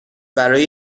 برای